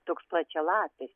toks plačialapis